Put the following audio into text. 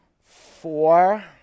four